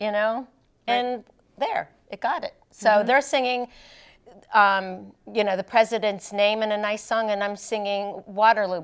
you know and there it got it so they're singing you know the president's name in a nice song and i'm singing waterloo